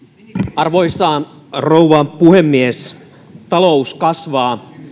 arvoisa rouva puhemies talous kasvaa